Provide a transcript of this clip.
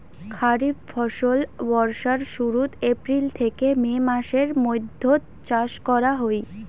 খরিফ ফসল বর্ষার শুরুত, এপ্রিল থেকে মে মাসের মৈধ্যত চাষ করা হই